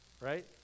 Right